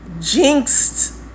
jinxed